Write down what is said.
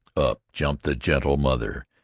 up jumped the gentle mother,